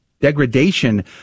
degradation